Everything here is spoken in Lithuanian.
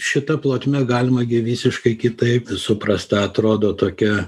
šita plotme galima gi visiškai kitaip suprast tą atrodo tokią